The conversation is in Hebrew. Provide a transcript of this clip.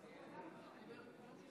61 חברי כנסת